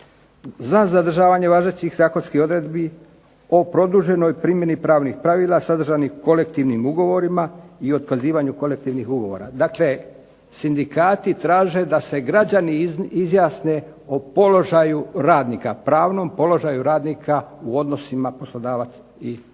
za zadržavanje važećih zakonskih odredbi po produženoj primjeni pravnih pravila sadržanih u kolektivnim ugovorima i otkazivanju kolektivnih ugovora. Dakle, sindikati traže da se građani izjasne o položaju radnika, pravnom položaju radnika u odnosima poslodavac i radnik.